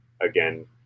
again